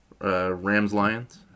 Rams-Lions